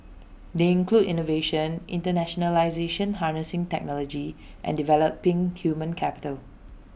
they include innovation internationalisation harnessing technology and developing human capital